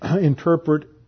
interpret